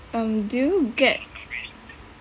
um do you get